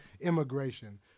immigration